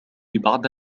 بعد